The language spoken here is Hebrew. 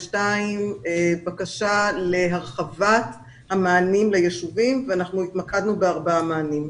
בקשה להרחבת המענים לישובים ואנחנו התמקדנו בארבעה מענים.